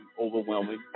overwhelming